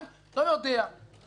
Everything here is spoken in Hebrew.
לכן,